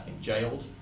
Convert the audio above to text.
jailed